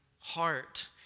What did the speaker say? heart